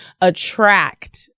attract